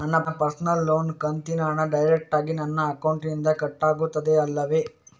ನನ್ನ ಪರ್ಸನಲ್ ಲೋನಿನ ಕಂತಿನ ಹಣ ಡೈರೆಕ್ಟಾಗಿ ನನ್ನ ಅಕೌಂಟಿನಿಂದ ಕಟ್ಟಾಗುತ್ತದೆ ಅಲ್ಲವೆ?